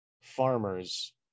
farmers